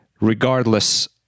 Regardless